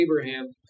Abraham